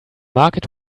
market